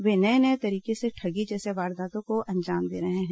वे नए नए तरीके से ठगी जैसी वारदातों को अंजाम दे रहे हैं